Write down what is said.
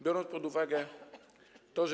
Biorąc pod uwagę, że.